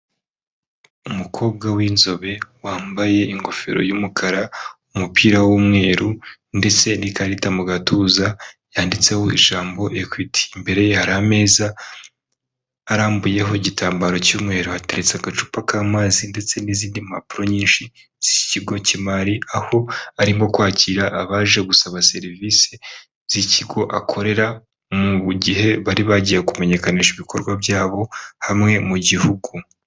Umukobwa w'inzobe wambaye ingofero y'umukara, umupira w'umweru ndetse n'ikarita mu gatuza yanditseho ijambo ekwiti, imbere ye hari ameza arambuyeho igitambaro cy'umweru, hateretse agacupa k'amazi ndetse n'izindi mpapuro nyinshi z'ikigo cy'imari, aho arimo kwakira abaje gusaba serivisi z'ikigo akorera mu gihe bari bagiye kumenyekanisha ibikorwa byabo hamwe mu gihugu.